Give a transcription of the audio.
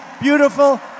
beautiful